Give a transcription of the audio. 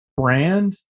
brand